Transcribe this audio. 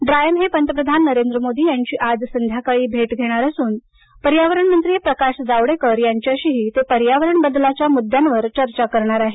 ड्रायन हे पंतप्रधान नरेंद्र मोदी यांची आज संघ्याकाळी भेट घेणार असून पर्यावरण मंत्री प्रकाश जावडेकर यांच्याशीही ते पर्यावरण बदलाच्या मुद्द्यावर चर्चा करणार आहे